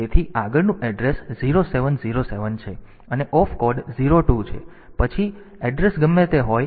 તેથી આગળનું એડ્રેસ 0707 છે અને ઓફ કોડ 02 છે અને પછી એડ્રેસ ગમે તે હોય